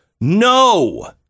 No